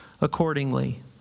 accordingly